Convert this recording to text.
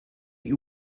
you